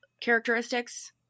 characteristics